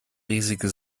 riesige